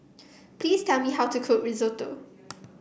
please tell me how to cook Risotto